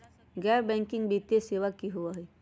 गैर बैकिंग वित्तीय सेवा की होअ हई?